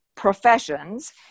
Professions